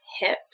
hip